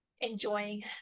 enjoying